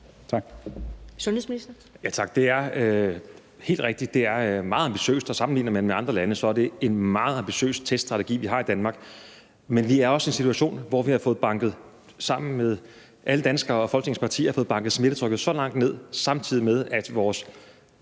(Magnus Heunicke): Tak. Det er helt rigtigt, at det er meget ambitiøst. Og sammenligner man med andre lande, er det en meget ambitiøs teststrategi, vi har i Danmark. Men vi er også i en situation, hvor vi sammen med alle danskere og Folketingets partier har fået banket smittetrykket så langt ned, samtidig med at vores